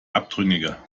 abtrünnige